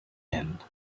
end